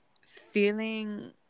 feeling